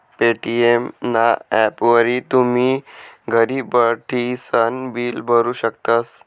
Paytm ना ॲपवरी तुमी घर बठीसन बिल भरू शकतस